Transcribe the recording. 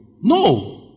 No